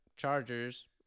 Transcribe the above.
Chargers